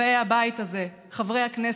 באי הבית הזה, חברי הכנסת,